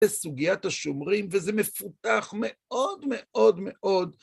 בסוגיית השומרים, וזה מפותח מאוד מאוד מאוד.